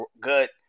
good